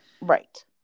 Right